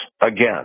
again